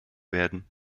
werden